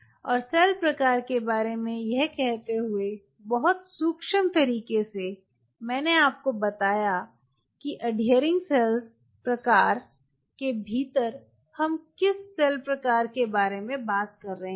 और सेल प्रकार के बारे में यह कहते हुए बहुत सूक्ष्म तरीके से मैंने आपको बताया कि अडहियरिंग सेल प्रकार के भीतर हम किस सेल प्रकार के बारे में बात कर रहे हैं